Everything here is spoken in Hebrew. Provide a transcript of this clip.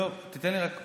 טוב, תיתן לי רק דקה,